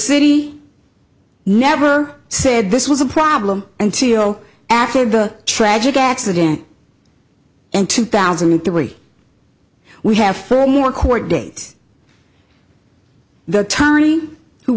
city never said this was a problem until after the tragic accident and two thousand and three we have firm or court date the tourney who